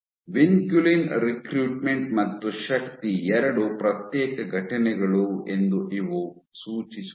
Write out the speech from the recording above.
vinculin recruitment ಮತ್ತು ಶಕ್ತಿ ಎರಡು ಪ್ರತ್ಯೇಕ ಘಟನೆಗಳು ಎಂದು ಇವು ಸೂಚಿಸುತ್ತವೆ